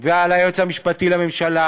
ועל היועץ המשפטי לממשלה